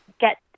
get